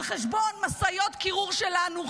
על חשבון משאיות קירור שלנו,